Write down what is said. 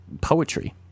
poetry